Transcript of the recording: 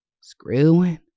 Screwing